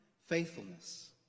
faithfulness